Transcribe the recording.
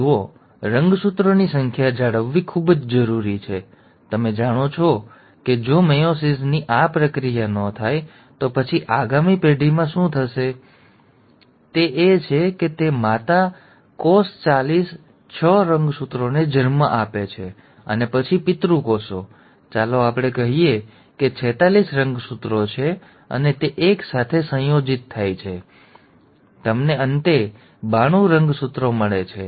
જુઓ રંગસૂત્રોની સંખ્યા જાળવવી ખૂબ જ જરૂરી છે તમે જાણો છો કે જો મેયોસિસની આ પ્રક્રિયા ન થાય તો પછી આગામી પેઢીમાં શું થશે તે એ છે કે માતા કોષ ચાલીસ છ રંગસૂત્રોને જન્મ આપશે અને પછી પિતૃ કોષો ચાલો આપણે કહીએ કે 46 રંગસૂત્રો છે અને તે એક સાથે સંયોજિત થાય છે તમને અંતે 92 રંગસૂત્રો મળે છે